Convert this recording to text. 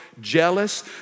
jealous